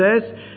says